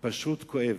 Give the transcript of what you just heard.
פשוט כואב.